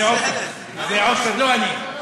זה עפר, לא אני.